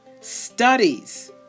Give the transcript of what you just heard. studies